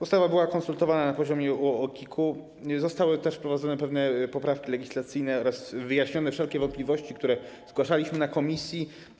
Ustawa była konsultowana na poziomie UOKiK-u, zostały też wprowadzone pewne poprawki legislacyjne oraz wyjaśnione wszelkie wątpliwości, które zgłaszaliśmy w komisji.